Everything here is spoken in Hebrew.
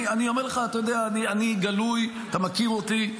אני אומר לך, אתה יודע, אני גלוי, אתה מכיר אותי.